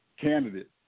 candidate